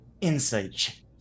Insight